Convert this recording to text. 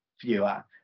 fewer